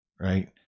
Right